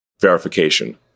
verification